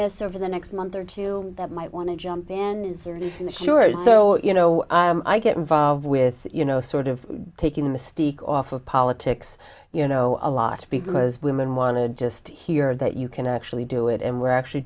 this over the next month or two that might want to jump in so you know i get involved with you know sort of taking the mystique off of politics you know a lot because women want to just hear that you can actually do it and we're actually